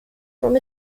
from